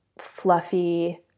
fluffy